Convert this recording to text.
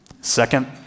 Second